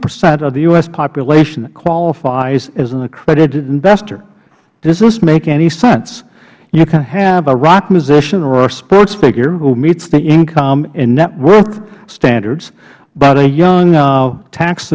percent of the u s population that qualifies as an accredited investor does this make any sense you can have a rock musician or a sports figure who meets the income and net worth standards but a young tax